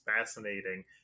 fascinating